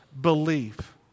believe